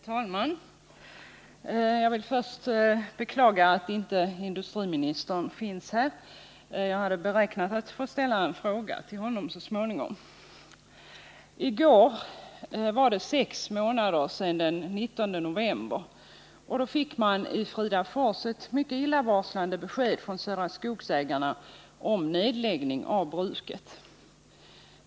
Herr talman! Jag vill först beklaga att inte industriministern finns här. Jag hade räknat med att få ställa en fråga till honom så småningom. I går var det sex månader sedan den 19 november. Då fick man i Fridafors ett mycket illavarslande besked från Södra Skogsägarna om nedläggning av bruket.